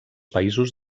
països